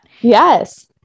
Yes